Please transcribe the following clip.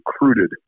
recruited